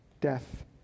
death